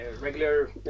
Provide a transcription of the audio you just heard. regular